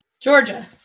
Georgia